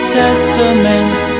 testament